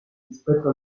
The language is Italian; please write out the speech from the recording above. rispetto